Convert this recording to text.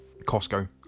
Costco